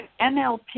NLP